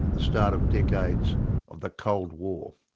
the start of decades of the cold war.